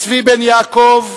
צבי בן-יעקב,